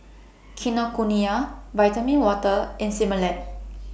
Kinokuniya Vitamin Water and Similac